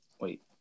Wait